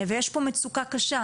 ויש פה מצוקה קשה.